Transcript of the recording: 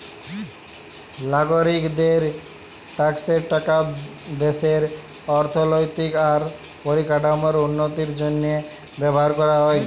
লাগরিকদের ট্যাক্সের টাকা দ্যাশের অথ্থলৈতিক আর পরিকাঠামোর উল্লতির জ্যনহে ব্যাভার ক্যরা হ্যয়